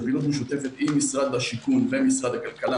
פעילות משותפת עם משרד השיכון ומשרד הכלכלה,